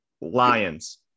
Lions